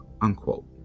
unquote